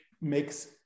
makes